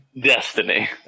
Destiny